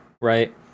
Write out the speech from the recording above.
right